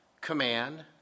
command